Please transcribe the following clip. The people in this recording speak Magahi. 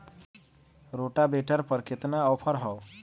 रोटावेटर पर केतना ऑफर हव?